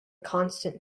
constant